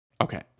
okay